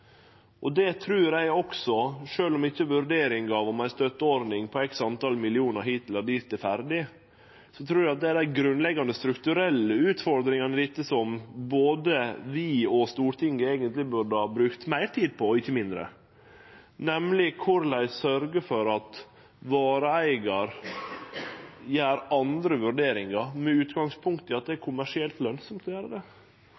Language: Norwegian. er ferdig, trur eg det er grunnleggjande strukturelle utfordringar i dette, som både vi og Stortinget eigentleg burde ha brukt meir tid på og ikkje mindre – nemleg korleis sørgje for at vareeigar gjer andre vurderingar, med utgangspunkt i at det er kommersielt lønsamt å gjere det.